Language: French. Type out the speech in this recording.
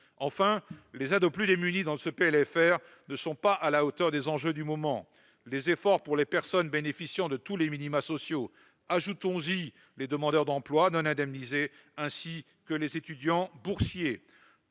Enfin, les aides aux plus démunis dans ce PLFR ne sont pas à la hauteur des enjeux du moment, comme les efforts pour les personnes bénéficiant des minima sociaux, sans compter les demandeurs d'emploi non indemnisés, ainsi que les étudiants boursiers.